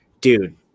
dude